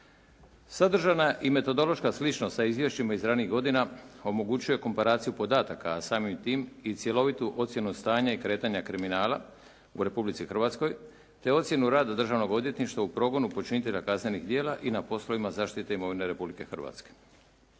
Sadržajna i metodološka sličnost sa izvješćima iz ranijih godina omogućuje komparaciju podataka a samim tim i cjelovitu ocjenu stanja i kretanja kriminala u Republici Hrvatskoj te ocjenu rada državnog odvjetništva u progonu počinitelja kaznenih djela i na poslovima zaštite imovine Republike Hrvatske.